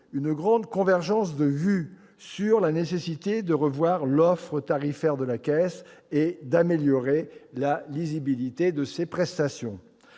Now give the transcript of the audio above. une grande convergence de vues sur la nécessité de revoir l'offre tarifaire de la Caisse et d'améliorer la lisibilité de ses prestations.